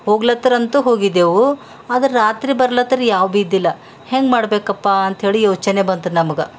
ಹೋಗಲತ್ರಂತು ಹೋಗಿದ್ದೆವು ಆದ್ರ ರಾತ್ರಿ ಬರಲತ್ರಿ ಯಾವ್ದು ಬಿ ಇದ್ದಿಲ್ಲ ಹೆಂಗೆ ಮಾಡಬೇಕಪ್ಪ ಅಂತೇಳಿ ಯೋಚನೆ ಬಂತು ನಮ್ಗೆ